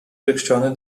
krikščionių